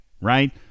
right